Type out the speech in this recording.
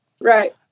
right